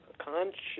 conscious